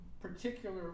particular